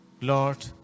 Lord